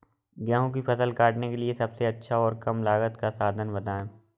गेहूँ की फसल काटने के लिए सबसे अच्छा और कम लागत का साधन बताएं?